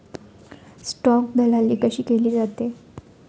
Stock दलाली कशी केली जाते?